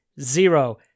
zero